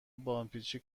باندپیچی